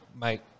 Mate